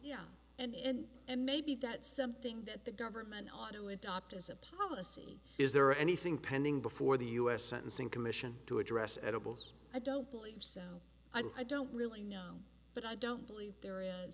yeah and and maybe that's something that the government ought to adopt as a policy is there anything pending before the u s sentencing commission to address edible i don't believe so i don't really know but i don't believe there is